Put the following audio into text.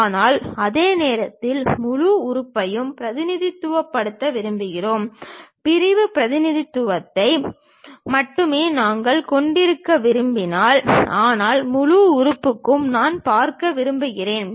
ஆனால் அதே நேரத்தில் முழு உறுப்பையும் பிரதிநிதித்துவப்படுத்த விரும்புகிறோம் பிரிவு பிரதிநிதித்துவத்தை மட்டுமே நாங்கள் கொண்டிருக்க விரும்பவில்லை ஆனால் முழு உறுப்புக்கும் நான் பார்க்க விரும்புகிறேன்